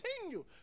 continue